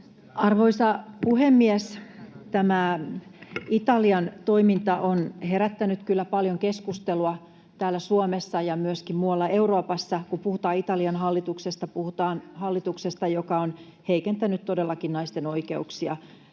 Arvoisa puhemies! Tämä Italian toiminta on herättänyt kyllä paljon keskustelua täällä Suomessa ja myöskin muualla Euroopassa. Kun puhutaan Italian hallituksesta, puhutaan hallituksesta, joka on heikentänyt todellakin naisten oikeuksia